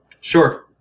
Sure